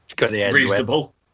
reasonable